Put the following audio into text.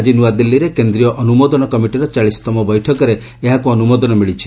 ଆଜି ନୂଆଦିଲ୍ଲୀରେ କେନ୍ଦ୍ରୀୟ ଅନୁମୋଦନ କମିଟିର ଚାଳିଶତମ ବୈଠକରେ ଏହାକୁ ଅନୁମୋଦନ ମିଳିଛି